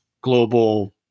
global